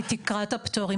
תקרת הפטור.